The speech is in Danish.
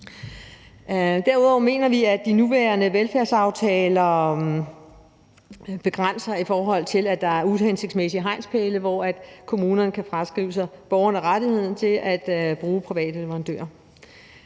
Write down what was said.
Derudover mener vi, at de nuværende velfærdsaftaler skaber begrænsninger, i forhold til at der er uhensigtsmæssige hegnspæle, hvor kommunerne kan fraskrive borgerne rettigheden til at bruge private leverandører.